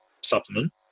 supplement